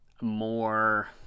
more